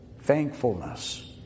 Thankfulness